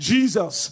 Jesus